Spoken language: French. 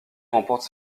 remporte